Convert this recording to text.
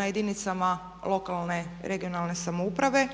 na jedinicama lokalne, regionalne samouprave